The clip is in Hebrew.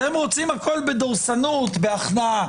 אתם רוצים הכול בדורסנות, בהכנעה.